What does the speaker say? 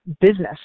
business